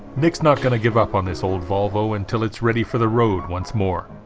nick's not gonna give up on this old volvo until it's ready for the road once more